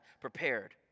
prepared